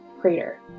crater